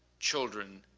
children,